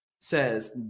says